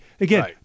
Again